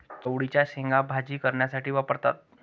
चवळीच्या शेंगा भाजी करण्यासाठी वापरतात